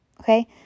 Okay